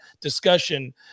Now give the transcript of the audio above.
discussion